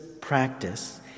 practice